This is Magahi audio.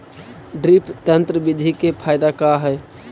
ड्रिप तन्त्र बिधि के फायदा का है?